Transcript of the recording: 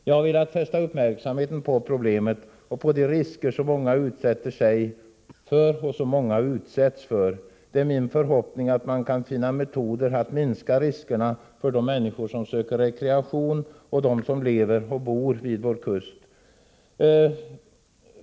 Jag har velat fästa uppmärksamheten på problemet och på de risker som många utsätter sig och andra för. Det är min förhoppning att man kan finna metoder för att minska riskerna för de människor som söker rekreation och för dem som lever och bor vid våra kuster.